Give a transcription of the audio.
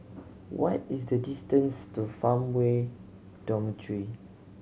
what is the distance to Farmway Dormitory